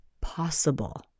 possible